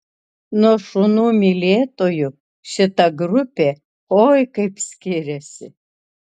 nuo šunų mylėtojų šita grupė oi kaip skiriasi